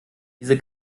diese